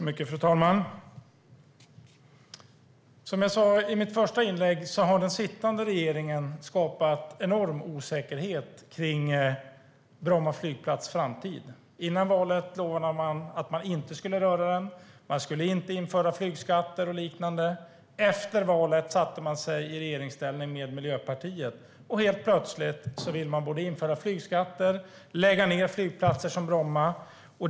Fru talman! Som jag sa i mitt första inlägg har den sittande regeringen skapat enorm osäkerhet kring Bromma flygplats framtid. Före valet lovade Socialdemokraterna att de inte skulle röra den. Flygskatter och liknande skulle inte införas. Efter valet satte de sig i regeringsställning med Miljöpartiet, och helt plötsligt vill man införa flygskatter och lägga ned flygplatser som Bromma.